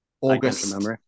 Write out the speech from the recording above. August